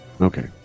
Okay